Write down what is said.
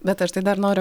bet aš tai dar noriu